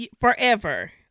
forever